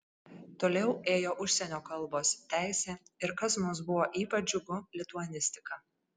toliau ėjo užsienio kalbos teisė ir kas mums buvo ypač džiugu lituanistika